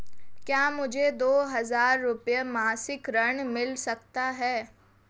क्या मुझे दो हज़ार रुपये मासिक ऋण मिल सकता है?